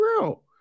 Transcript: real